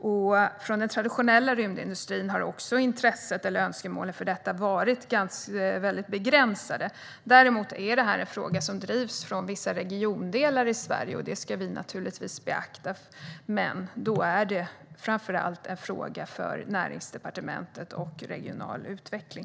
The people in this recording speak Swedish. Intresset för eller önskemålen om detta från den traditionella rymdindustrin har varit väldigt begränsade. Däremot drivs denna fråga från vissa regiondelar i Sverige, och det ska vi naturligtvis beakta. Men det är framför allt en fråga för Näringsdepartementet och regional utveckling.